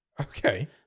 Okay